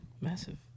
massive